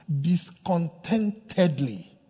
discontentedly